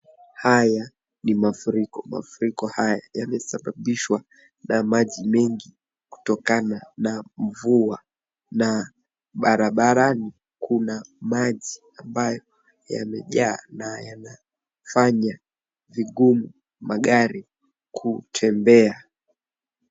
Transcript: Haya ni mafuriko, mafuriko haya yamesababishwa na maji mengi kutokana na mvua na barabarani kuna maji ambayo yamejaa na yanafanya vigumu magari kutembea.